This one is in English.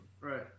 Right